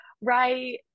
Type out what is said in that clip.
right